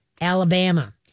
Alabama